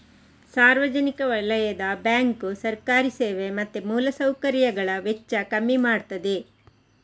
ಸಾರ್ವಜನಿಕ ವಲಯದ ಬ್ಯಾಂಕು ಸರ್ಕಾರಿ ಸೇವೆ ಮತ್ತೆ ಮೂಲ ಸೌಕರ್ಯಗಳ ವೆಚ್ಚ ಕಮ್ಮಿ ಮಾಡ್ತದೆ